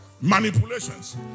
manipulations